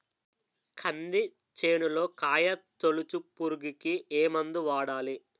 కంది చేనులో కాయతోలుచు పురుగుకి ఏ మందు వాడాలి?